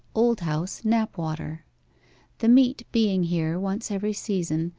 old house, knapwater' the meet being here once every season,